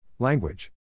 Language